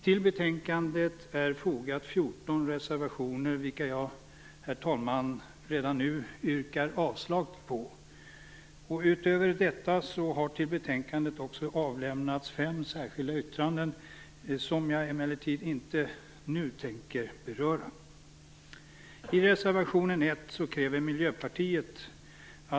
Till betänkandet har fogats 14 reservationer, vilka jag, herr talman, redan nu yrkar avslag på. Utöver detta har till betänkandet också avlämnats fem särskilda yttranden, som jag emellertid inte nu tänker beröra.